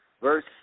Verse